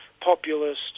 populist